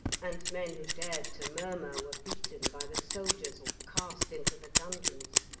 and men who dared to murmur were beaten by the soldiers, or cast into the dungeons.